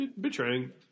betraying